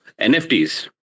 NFTs